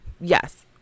Yes